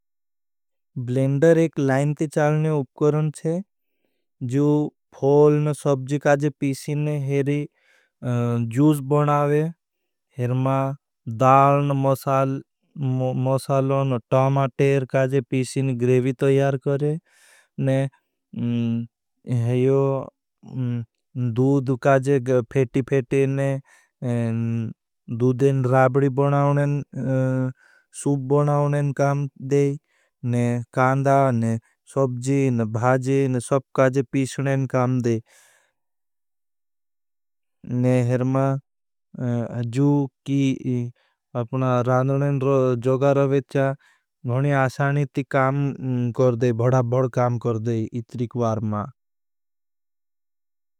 ब्लेंडर एक लाइन ती चालने उपकरन छे जू फोल न सबजी काजे पीसीने हेरी जूस बनावे। हेरमा दाल न मसालों न टामाटे काजे पीसीने ग्रेवी तयार करे दूद काजे फेटी फेटी न दूदें राबड़ी बनावने न काम देई। कांदा, सबजी, भाजी न सब काजे पीशने न काम देई। ने हेरमा जू की अपना रादवनें जोगा रवेचा गोनी आसानी ती काम कर देई। भड़ा भड़ काम कर देई इतरी क्वार मा।